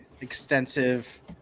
extensive